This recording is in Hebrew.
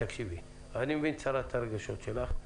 אני מבין את סערת הרגשות שלך.